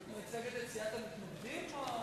אני רוצה להיות הגונה עם חברי פה,